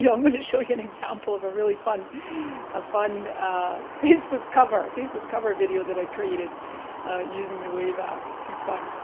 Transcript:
i'm gonna show you an example of a really fun ah fun ah facebook cover, facebook cover video that i created using the wave app, too fun.